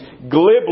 glibly